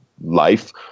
life